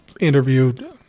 interviewed